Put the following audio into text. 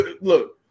Look